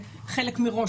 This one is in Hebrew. שחלק שאלנו מראש,